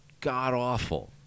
god-awful